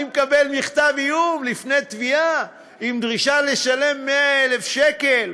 אני מקבל מכתב איום לפני תביעה עם דרישה לשלם 100,000 שקל?